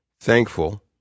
thankful